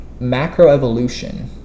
macroevolution